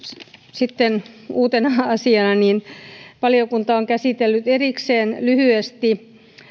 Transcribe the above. sitten uutena asiana valiokunta on käsitellyt erikseen lyhyesti